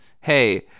hey